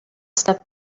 stuff